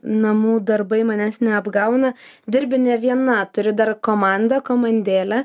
namų darbai manęs neapgauna dirbi ne viena turi dar komandą komandėlę